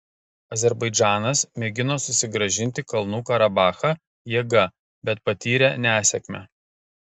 azerbaidžanas mėgino susigrąžinti kalnų karabachą jėga bet patyrė nesėkmę